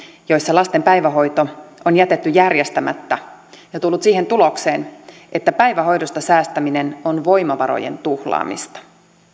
joissa lasten päivähoito on jätetty järjestämättä ja tullut siihen tulokseen että päivähoidosta säästäminen on voimavarojen tuhlaamista